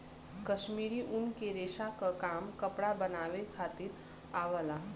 कश्मीरी ऊन के रेसा क काम कपड़ा बनावे खातिर आवला